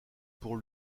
pour